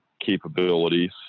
capabilities